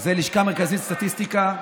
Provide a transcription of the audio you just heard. זה הלשכה המרכזית לסטטיסטיקה,